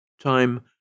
Time